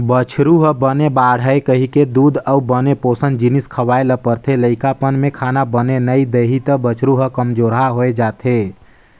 बछरु ह बने बाड़हय कहिके दूद अउ बने पोसन जिनिस खवाए ल परथे, लइकापन में खाना बने नइ देही त बछरू ह कमजोरहा हो जाएथे